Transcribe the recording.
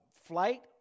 flight